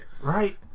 Right